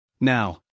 Now